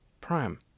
Prime